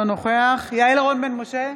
נגד יעל רון בן משה,